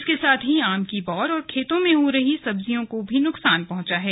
इसके साथ ही आम की बौर और खेतों में हो रही सब्जियां को भी नुकसान पहुंचा है